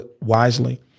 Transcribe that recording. wisely